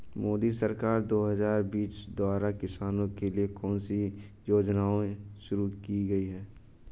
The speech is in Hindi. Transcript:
मोदी सरकार दो हज़ार बीस द्वारा किसानों के लिए कौन सी योजनाएं शुरू की गई हैं?